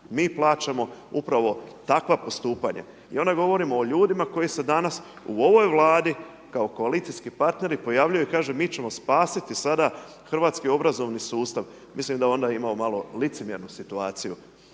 mi plaćamo upravo takva postupanja. I onda govorimo o ljudima koji se danas u ovoj Vladi kao koalicijski partneri pojavljuju i kažu mi ćemo spasiti sada hrvatski obrazovni sustav, mislim da onda imamo malo licemjernu situaciju